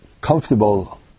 comfortable